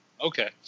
okay